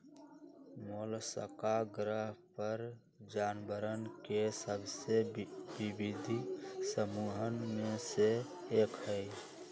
Mollusca ग्रह पर जानवरवन के सबसे विविध समूहन में से एक हई